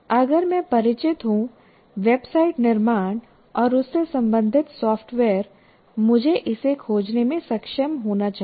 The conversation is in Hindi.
अगर मैं परिचित हूँ वेबसाइट निर्माण और उससे संबंधित सॉफ्टवेयर मुझे इसे खोजने में सक्षम होना चाहिए